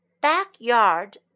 backyard